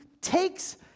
takes